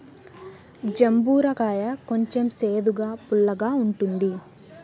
జంబూర కాయ కొంచెం సేదుగా, పుల్లగా ఉంటుంది